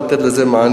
לתת לו מענה.